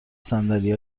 صندلی